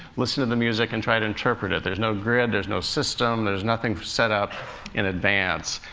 listen to the music, and try to interpret it. there's no grid, there's no system, there's nothing set up in advance.